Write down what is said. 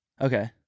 Okay